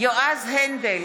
יועז הנדל,